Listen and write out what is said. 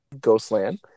Ghostland